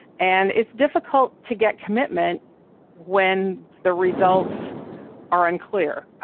and it's difficult to get commitment when the results are unclear,